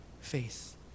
faith